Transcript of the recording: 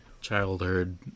childhood